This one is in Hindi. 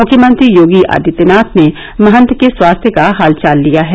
मुख्यमंत्री योगी आदित्यनाथ ने महंत के स्वास्थ्य का हालचाल लिया है